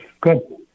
Good